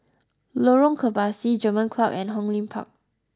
Lorong Kebasi German Club and Hong Lim Park